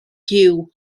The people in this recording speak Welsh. gyw